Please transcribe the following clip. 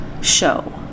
show